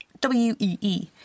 W-E-E